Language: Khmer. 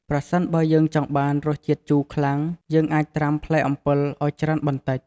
ប្រសិនបើយើងចង់បានរសជាតិជូរខ្លាំង យើងអាចត្រាំផ្លែអំពិលឲ្យច្រើនបន្តិច។